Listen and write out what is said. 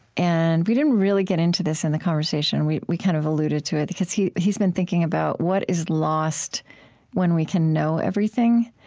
and we didn't really get into this in the conversation we we kind of alluded to it because he's he's been thinking about what is lost when we can know everything.